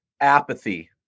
apathy